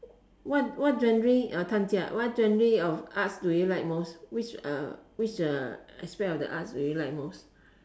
what what genre uh what genre of arts do you like most which uh which uh aspect of the arts do you like most